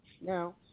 Now